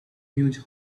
huge